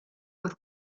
with